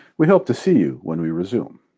we hope to see you when we resume.